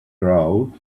crowd